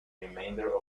remainder